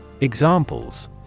Examples